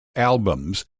albums